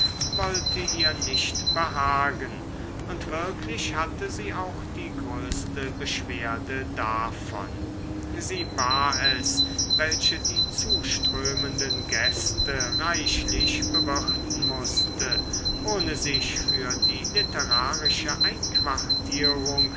wollte ihr nicht behagen und wirklich hatte sie auch die größte beschwerde davon sie war es welche die zuströmenden gäste reichlich bewirten mußte ohne sich für die literarische einquartierung